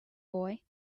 boy